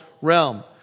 realm